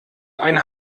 ein